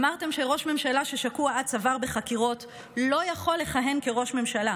אמרתם שראש ממשלה ששקוע עד צוואר בחקירות לא יכול לכהן כראש ממשלה,